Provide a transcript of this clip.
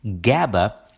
GABA